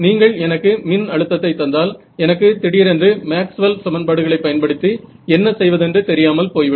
நீங்கள் எனக்கு மின் அழுத்தத்தை தந்தால் எனக்கு திடீரென்று மேக்ஸ்வெல் சமன்பாடுகளை பயன்படுத்தி என்ன செய்வதென்று தெரியாமல் போய்விடும்